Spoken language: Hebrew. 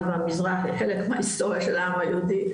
והמזרח הם חלק מההיסטוריה של העם היהודי,